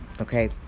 Okay